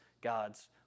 God's